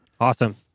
Awesome